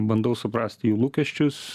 bandau suprasti jų lūkesčius